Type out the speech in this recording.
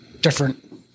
different